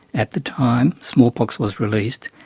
at the time smallpox was released,